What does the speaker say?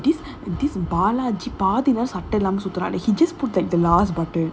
eh this this bala பாதி நேரம்:paathi neram he just put like the last button